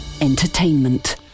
Entertainment